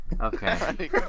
Okay